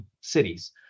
cities